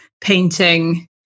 painting